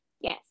Yes